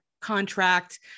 contract